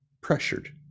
pressured